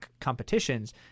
competitions